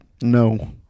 No